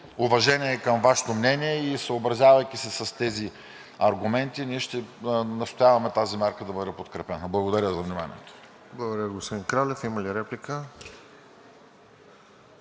уважение към Вашето мнение и съобразявайки се с тези аргументи, ние ще настояваме тази мярка да бъде подкрепена. Благодаря за вниманието. ПРЕДСЕДАТЕЛ РОСЕН ЖЕЛЯЗКОВ: Благодаря, господин Кралев. Има ли реплика?